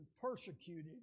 persecuted